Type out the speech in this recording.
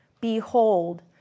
Behold